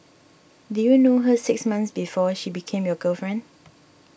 did you know her six months before she became your girlfriend